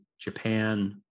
Japan